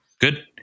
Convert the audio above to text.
Good